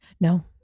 No